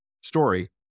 story